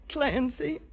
Clancy